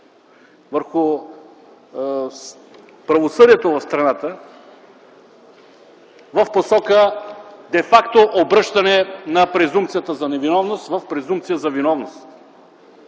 върху правосъдието в страната в посока де факто обръщане на презумпцията за невиновност в презумпция за виновност.